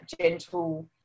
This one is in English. gentle